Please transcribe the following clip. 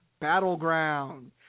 Battleground